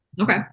Okay